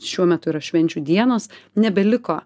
šiuo metu yra švenčių dienos nebeliko